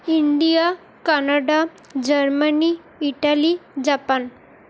India Canada Germany Italy Japan